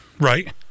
Right